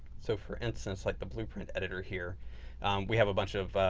so, for instance, like the blueprint editor here we have a bunch of